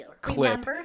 clip